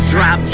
Drop